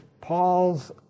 Paul's